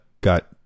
got